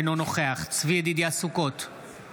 אינו נוכח צבי ידידיה סוכות,